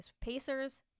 Pacers